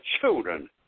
children